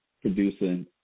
producing